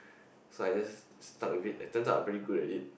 so I just stuck with it and turns out I'm pretty good at it